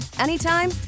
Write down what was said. anytime